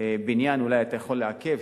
בניין אולי אתה יכול לעכב,